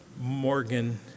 Morgan